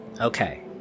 Okay